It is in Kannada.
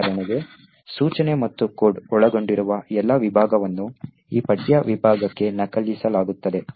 ಉದಾಹರಣೆಗೆ ಸೂಚನೆ ಮತ್ತು ಕೋಡ್ ಅನ್ನು ಒಳಗೊಂಡಿರುವ ಎಲ್ಲಾ ವಿಭಾಗವನ್ನು ಈ ಪಠ್ಯ ವಿಭಾಗಕ್ಕೆ ನಕಲಿಸಲಾಗುತ್ತದೆ